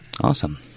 Awesome